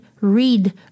read